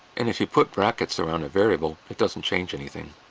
and if you put brackets around a variable, it doesn't change anything.